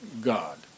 God